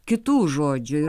kitų žodžių ir